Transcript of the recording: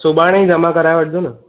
सुभाणे ई जमा कराए वठिजो न